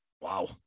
Wow